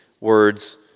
words